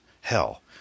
Hell